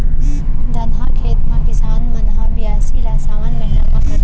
धनहा खेत म किसान मन ह बियासी ल सावन महिना म करथे